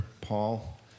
Paul